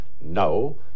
No